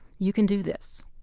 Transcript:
you can do this.